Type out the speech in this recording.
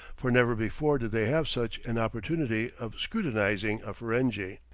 for never before did they have such an opportunity of scrutinizing a ferenghi.